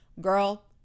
Girl